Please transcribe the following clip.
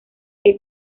que